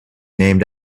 named